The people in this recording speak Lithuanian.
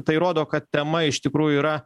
tai rodo kad tema iš tikrųjų yra